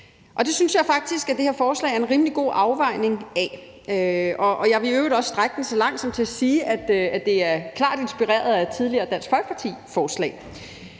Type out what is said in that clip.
Og det synes jeg faktisk at det her forslag er en rimelig god afvejning af. Jeg vil i øvrigt også strække det så langt som til at sige, at det er klart inspireret af et tidligere Dansk Folkeparti-forslag.